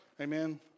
Amen